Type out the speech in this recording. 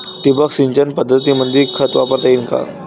ठिबक सिंचन पद्धतीमंदी खत वापरता येईन का?